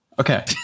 okay